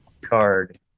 card